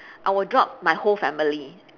I would drop my whole family